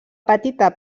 petita